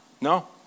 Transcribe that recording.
No